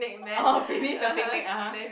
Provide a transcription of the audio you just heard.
orh finish the picnic (uh huh)